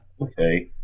okay